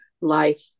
life